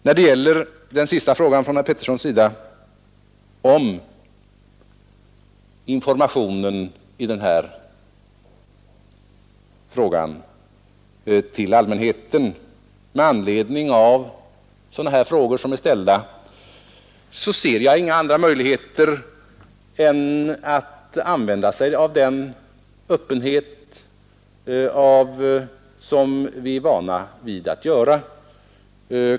Som svar på herr Peterssons sista fråga om informationen till allmänheten i sådana här frågor vill jag säga att jag inte ser några andra möjligheter än att använda sig av den öppenhet som vi är vana vid.